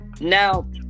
now